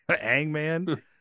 Hangman